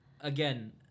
again